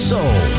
Soul